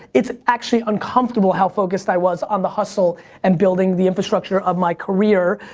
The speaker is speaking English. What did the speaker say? it's actually uncomfortable how focused i was on the hustle and building the infrastructure of my career.